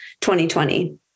2020